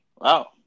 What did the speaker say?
Wow